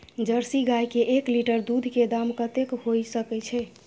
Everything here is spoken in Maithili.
जर्सी गाय के एक लीटर दूध के दाम कतेक होय सके छै?